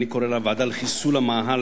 אני קורא לה ועדה לחיסול המאהל,